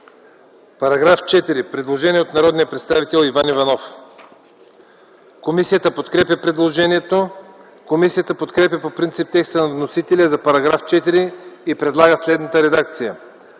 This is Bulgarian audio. По § 4 има предложение от народния представител Иван Иванов. Комисията подкрепя предложението. Комисията подкрепя по принцип текста на вносителя за § 4 и предлага следната редакция: